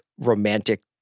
romantic